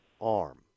arm